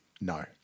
No